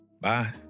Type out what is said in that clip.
Bye